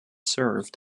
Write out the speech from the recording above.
served